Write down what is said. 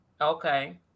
okay